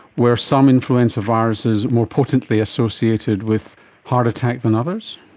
were some influenza viruses more potently associated with heart attack than others?